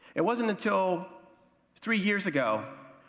it wasn't until three years ago